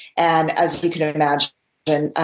and as you can and imagine, and ah